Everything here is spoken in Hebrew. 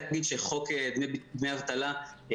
אל תעשה לי מזה עיסה גדולה עכשיו.